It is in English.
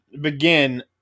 begin